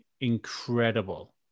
incredible